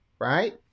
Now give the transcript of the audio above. right